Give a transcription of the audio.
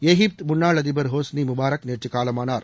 எகிப்து முன்னாள் அதிபர் Hosni Mubarak நேற்று காலமானார்